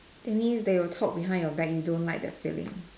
to me it's they will talk behind your back you don't like that feeling